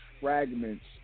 fragments